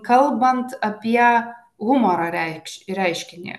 kalbant apie humorą reikš reiškinį